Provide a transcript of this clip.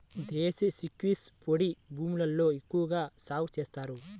దేశీ chickpeas పొడి భూముల్లో ఎక్కువగా సాగు చేస్తారు